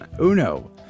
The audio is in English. Uno